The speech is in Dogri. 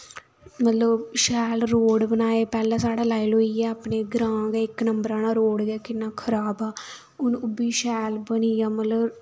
मतलब शैल रोड़ बनाए पैह्लें साढ़े लाई लैओ इ'यै अपने ग्रां गै इक नंबर आह्ला रोड़ गै किन्ना खराब हा हून उब्बी शैल बनी गेआ मतलब